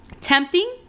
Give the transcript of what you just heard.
tempting